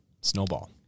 Snowball